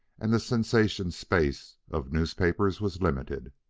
and the sensation-space of newspapers was limited.